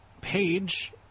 Page